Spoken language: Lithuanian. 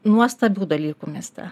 nuostabių dalykų mieste